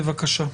בבקשה.